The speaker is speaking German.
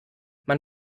man